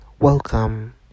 welcome